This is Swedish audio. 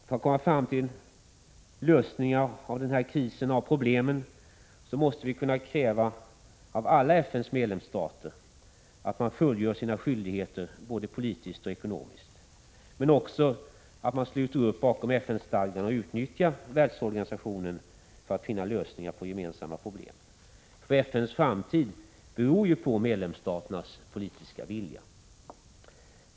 För att komma fram till lösningar av krisen och av problemen måste vi kunna kräva av alla FN:s medlemsstater att de fullgör sina skyldigheter både politiskt och ekonomiskt men också att de sluter upp bakom FN-stadgan och utnyttjar världsorganisationen för att finna lösningar på gemensamma problem. FN:s framtid beror ju på medlemsstaternas politiska vilja.